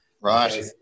Right